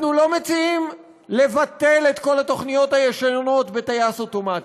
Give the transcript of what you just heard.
אנחנו לא מציעים לבטל את כל התוכניות הישנות בטייס אוטומטי.